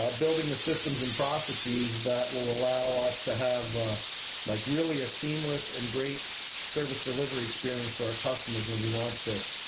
ah building the systems and processes that will allow us to have ah like really a seamless and great service delivery experience for our customers when we launch this